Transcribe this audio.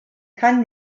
kann